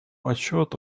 отчет